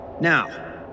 Now